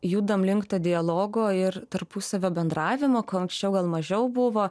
judam link dialogo ir tarpusavio bendravimo ko anksčiau gal mažiau buvo